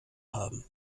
haben